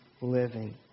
living